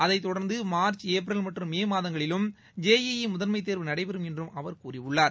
அதைத் தொடர்ந்து March April மற்றும் மே மாதங்களிலும் ஜேஇஇ முதன்மை தேர்வு நடைபெறும் என்று அவர் கூறியுள்ளார்